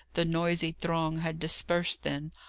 the noisy throng had dispersed then,